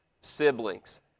siblings